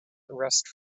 rest